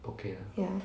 ya